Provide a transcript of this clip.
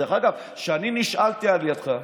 דרך אגב, כשאני נשאלתי על ידך,